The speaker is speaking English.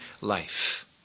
life